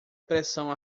pressão